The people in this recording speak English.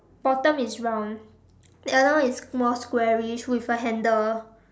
bottom is round the other one is more squarish with a handle